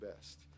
best